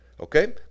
Okay